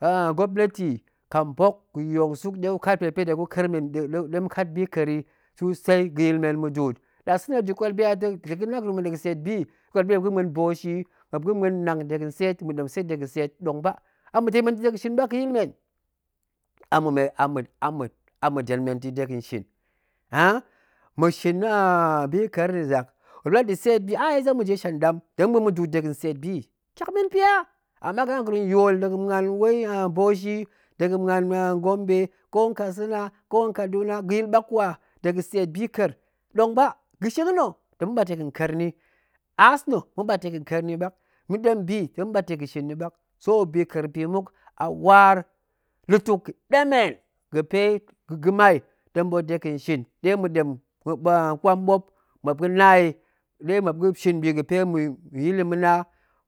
Gwopneti kambok guyong suk ɗe gukat pe ga̱pe ta gu ƙa̱er men, ɗe ma̱kat bika̱er yi susei ga̱yil men mudu'ut, nɗa sa̱na̱ muop la da̱ kwal gurum la muan dega̱ tseet bi, muop kwal muop yi muop ga̱mven bauchi muop ga̱ muen nnang dega̱n tseet ma̱ɗem tseet dega̱ tset ɗong amma̱ den men ta̱ dega̱ shin ɓak ga̱yil men ama̱ den men ta̱ dega̱n shin, ma̱shin bika̱er nna̱ zak, muop la da̱ tseet bi ai zamu je shen dam ta̱ ma̱ muen mudu'ut dega tseet bi tyak men pya, ama la ga̱na gurum yool dega̱ muan bauchi dega̱n muan gwombe ko katsina ko kaduna ga̱yil ɓakwa, dega̱ tseet biƙa̱er ɗong ba, ga̱shing nna̱ tong ma̱ɓat dega̱n ka̱er ni, aas nna ta̱ ma̱ɓat dega̱ ƙa̱er niɓak, ma̱ɗem bi ta̱ ma̱ɓat dega̱ shin ni ɓak, so bika̱er bi muk a waar lutuk ga̱ɗemen ga̱pe ga̱ mai ta̱ ɓoot dega̱n shin, ɗe ma̱ɗem kwamɓop muop ga̱na yi, ɗe muop ga̱shin bi ga̱pe ma̱ya̱a̱l yi ma̱na,